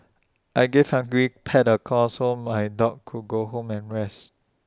I gave hungry pets A call so my dog could go home and rest